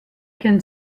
can